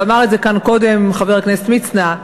ואמר את זה כאן קודם חבר הכנסת מצנע,